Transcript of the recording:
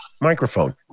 microphone